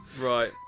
Right